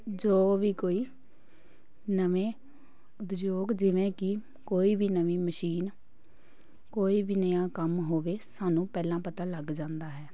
ਜੋ ਵੀ ਕੋਈ ਨਵੇਂ ਉਦਯੋਗ ਜਿਵੇਂ ਕਿ ਕੋਈ ਵੀ ਨਵੀਂ ਮਸ਼ੀਨ ਕੋਈ ਵੀ ਨਵਾਂ ਕੰਮ ਹੋਵੇ ਸਾਨੂੰ ਪਹਿਲਾਂ ਪਤਾ ਲੱਗ ਜਾਂਦਾ ਹੈ